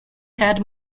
had